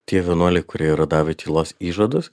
tie vienuoliai kurie yra davę tylos įžadus